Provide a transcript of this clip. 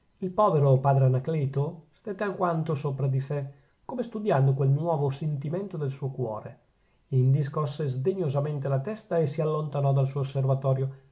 il povero padre anacleto stette alquanto sopra di sè come studiando quel nuovo sentimento del suo cuore indi scosse sdegnosamente la testa e si allontanò dal suo osservatorio